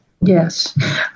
Yes